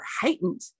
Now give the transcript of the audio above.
heightened